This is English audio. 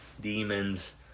demons